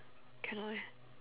cannot eh